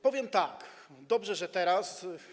Powiem tak: dobrze, że teraz.